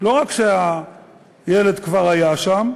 לא רק שהילד כבר היה שם,